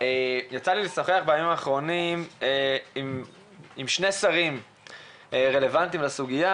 יצא לי לשוחח בימים האחרונים עם שני שרים רלוונטיים לסוגיה